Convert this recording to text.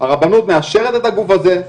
הרבנות מאשרת את הגוף הזה,